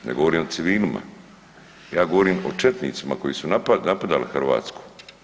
Ne govorim o civilima, ja govorim o četnicima koji su napadali Hrvatsku.